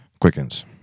quickens